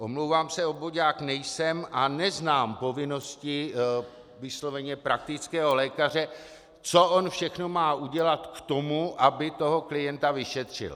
Omlouvám se, obvoďák nejsem a neznám povinnosti vysloveně praktického lékaře, co on všechno má udělat k tomu, aby toho klienta vyšetřil.